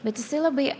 bet jisai labai